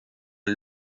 une